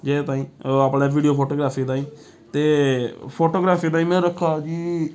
जेह्दे ताईं ओह् अपने वीडियो फोटोग्राफी ताईं ते फोटोग्राफी ताईं में रक्खा कि